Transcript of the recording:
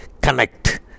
connect